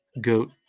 goat